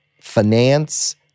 finance